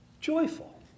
joyful